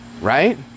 right